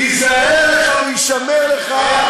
היזהר והישמר לך